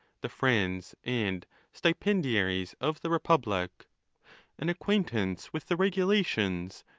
the friends and stipendiaries of the republic an acquaintance with the regulations,